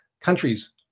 countries